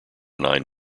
nine